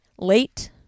late